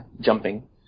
jumping